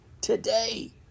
today